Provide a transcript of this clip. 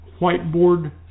whiteboard